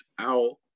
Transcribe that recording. out